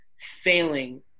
failing